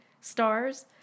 stars